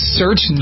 search